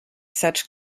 such